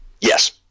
yes